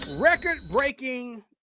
record-breaking